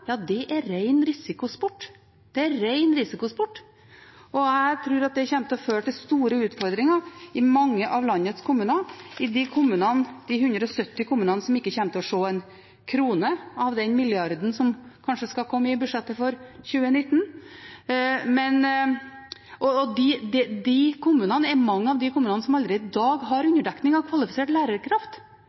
er ren risikosport. Jeg tror det kommer til å føre til store utfordringer i mange av landets kommuner, i de 170 kommunene som ikke kommer til å se én krone av den milliarden som kanskje skal komme i budsjettet for 2019. Mange av disse kommunene har allerede i dag en underdekning av kvalifiserte lærere – og de skal altså også ha større konkurranse, mot de store byene, om en lærerkraftressurs som det allerede